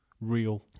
Real